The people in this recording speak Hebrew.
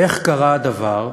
איך קרה הדבר,